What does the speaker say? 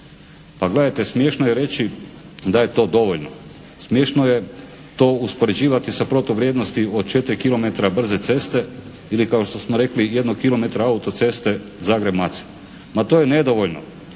Pa gledajte smiješno je reći da je to dovoljno, smiješno je to uspoređivati sa protuvrijednosti od 4 kilometra brze ceste ili kao što smo rekli 1 kilometra autoceste Zagreb-Macelj. Ma to je nedovoljno.